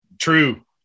True